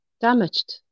damaged